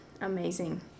amazing